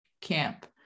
camp